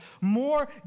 More